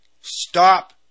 stop